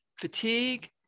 Fatigue